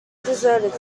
deserted